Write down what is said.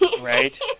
right